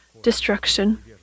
destruction